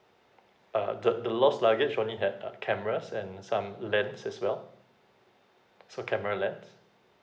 uh the the lost luggage only had uh cameras and some lens as well so camera lens